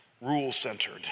rule-centered